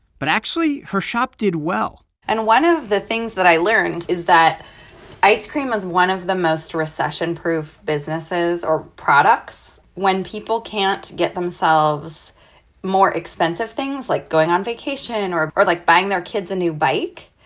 but actually, her shop did well and one of the things that i learned is that ice cream was one of the most recession-proof businesses or products. when people can't get themselves more expensive things, like going on vacation or or like buying their kids a new bike,